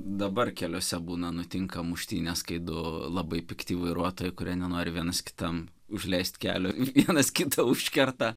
dabar keliuose būna nutinka muštynės kai du labai pikti vairuotojai kurie nenori vienas kitam užleist kelio ir vienas kitą užkerta